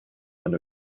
and